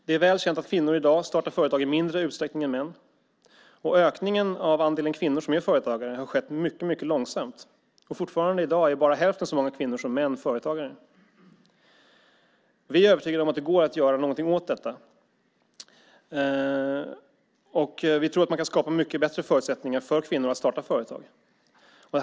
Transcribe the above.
Det är väl känt att kvinnor i dag startar företag i mindre utsträckning än män. Ökningen av andelen kvinnor som är företagare har skett mycket långsamt, och fortfarande är i dag bara hälften så många kvinnor som män företagare. Vi är övertygade om att det går att göra någonting åt detta. Vi tror att man kan skapa mycket bättre förutsättningar för kvinnor att starta företag.